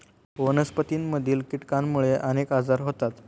वनस्पतींमधील कीटकांमुळे अनेक आजार होतात